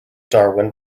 darwin